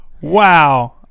Wow